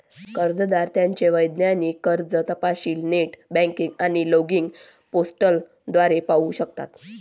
कर्जदार त्यांचे वैयक्तिक कर्ज तपशील नेट बँकिंग आणि लॉगिन पोर्टल द्वारे पाहू शकतात